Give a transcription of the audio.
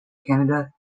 canada